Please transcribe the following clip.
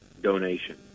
donation